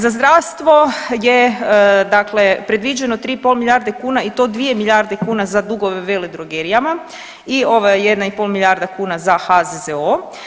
Za zdravstvo je dakle predviđeno 3,5 milijarde kuna i to 2 milijarde kuna za dugove veledrogerijama i ova 1,5 milijarda kuna za HZZO.